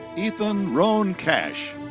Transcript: ethan rohne cash.